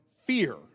fear